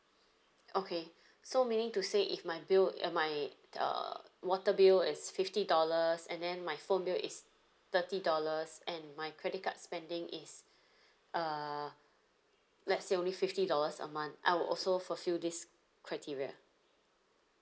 okay so meaning to say if my bill uh my uh water bill is fifty dollars and then my phone bill is thirty dollars and my credit card spending is uh let's say only fifty dollars a month I will also fulfill this criteria